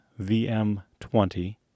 VM20